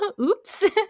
oops